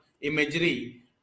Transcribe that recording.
imagery